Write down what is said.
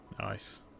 Nice